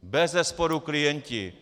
Bezesporu klienti.